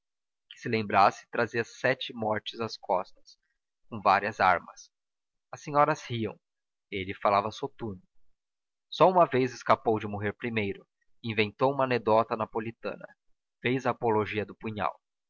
se lembrasse trazia sete mortes às costas com várias armas as senhoras riam ele falava soturno só uma vez escapou de morrer primeiro e inventou uma anedota napolitana fez a apologia do punhal